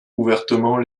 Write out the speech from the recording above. ouvertement